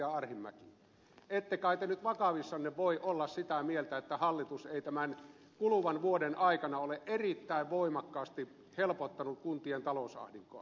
arhinmäki ette kai te nyt vakavissanne voi olla sitä mieltä että hallitus ei tämän kuluvan vuoden aikana ole erittäin voimakkaasti helpottanut kuntien talousahdinkoa